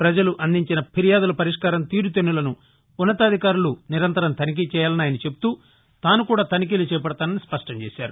ప్రజలు అందించిన ఫిర్యాదుల పరిష్కారం తీరుతెన్నులను ఉన్నతాధికారులు నిరంతరం తనిఖీ చేయాలని ఆయన చెబుతూ తాను కూడా తనిఖీలు చేపడతానని స్పష్టం చేశారు